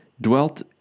dwelt